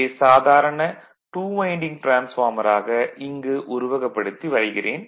இதை சாதாரண 2 வைண்டிங் டிரான்ஸ்பார்மராக இங்கு உருவகப்படுத்தி வரைகிறேன்